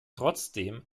trotzdem